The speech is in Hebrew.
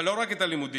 אבל לא רק את הלימודים,